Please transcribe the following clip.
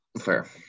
Fair